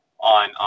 on